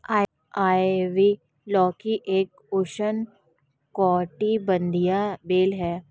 ivy लौकी एक उष्णकटिबंधीय बेल है